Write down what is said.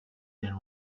and